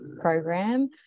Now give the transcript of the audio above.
program